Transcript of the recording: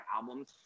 albums